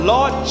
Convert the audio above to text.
Lord